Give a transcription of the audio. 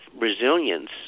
resilience